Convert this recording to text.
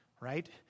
right